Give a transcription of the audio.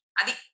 adi